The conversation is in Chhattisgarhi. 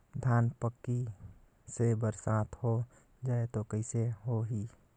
धान पक्की से बरसात हो जाय तो कइसे हो ही?